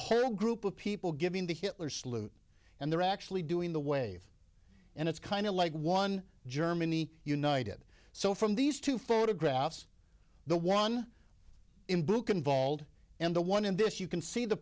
a group of people giving the hitler salute and they're actually doing the way and it's kind of like one germany united so from these two photographs the one in broken vald and the one in this you can see the